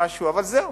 אבל זהו,